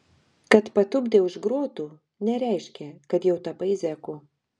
kad patupdė už grotų nereiškia kad jau tapai zeku